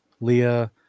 Leah